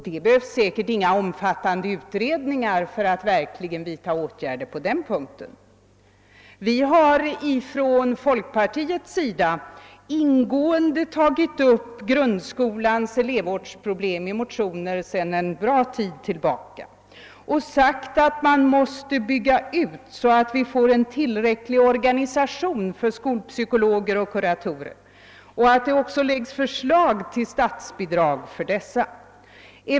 Det behövs säkert inga omfattande utredningar för att vidta åtgärder på den punkten. Från folkpartiets sida har vi ingående tagit upp grundskolans elevvårdsproblem i motioner sedan bra lång tid tillbaka. Vi har sagt att det måste byggas ut en tillräcklig organisation för skolpsykologer och kuratorer och att det också måste framläggas förslag till statsbidrag för dessa.